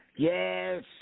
Yes